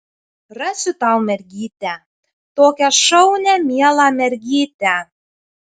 rasiu tau mergytę tokią šaunią mielą mergytę